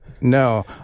No